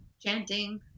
chanting